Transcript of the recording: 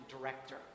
director